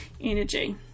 energy